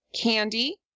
Candy